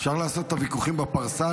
אפשר לעשות את הוויכוחים בפרסה?